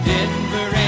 Denver